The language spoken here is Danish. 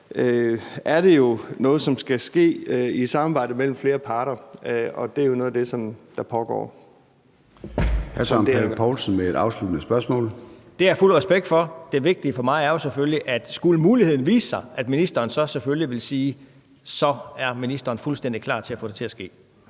er det jo noget, som skal ske i et samarbejde mellem flere parter, og det er noget af det, som pågår.